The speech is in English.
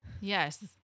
Yes